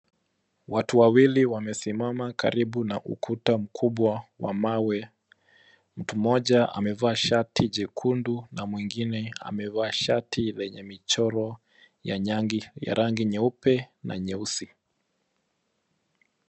Watu wawili wamesimama karibu na ukuta mkubwa wa mawe. Mtu mmoja amevaa shati jekundu na mwengine ameva shati lenye michoro ya rangi nyeupe na nyeusi.